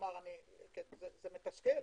זה מתסכל.